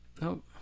Nope